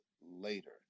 later